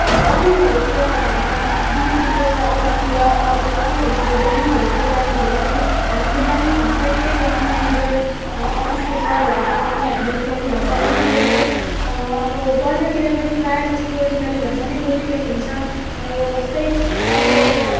अब अफिसहरूतिर भयो हामी बिजुलीको अफिसतिर अरू के हुन्छ अब ब्याङ्कहरूतिर जाँदाखेरि पनि हामी नेपाली भाषाले नै ब्याङ्क मेनेजर अफिसको सरहरूसँग पनि हामी नेपाली भाषाले नै बोल्छौँ अब बजारतिर पनि प्रायः जस्तो नेपाली भाषा नै बोलिरहेको हुन्छ अब यस्तै अरू अब